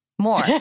more